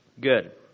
Good